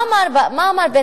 מה אמר בית-המשפט?